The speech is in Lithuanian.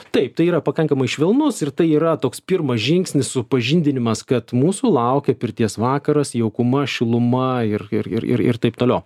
taip tai yra pakankamai švelnus ir tai yra toks pirmas žingsnis supažindinimas kad mūsų laukia pirties vakaras jaukuma šiluma ir ir ir ir taip toliau